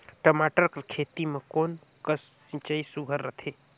टमाटर कर खेती म कोन कस सिंचाई सुघ्घर रथे?